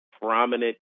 prominent